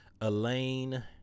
elaine